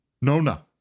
Nona